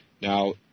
Now